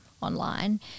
online